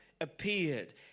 appeared